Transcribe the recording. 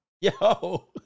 Yo